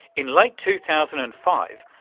in late two thousand and five,